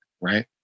right